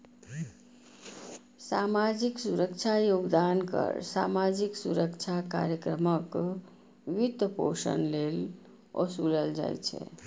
सामाजिक सुरक्षा योगदान कर सामाजिक सुरक्षा कार्यक्रमक वित्तपोषण लेल ओसूलल जाइ छै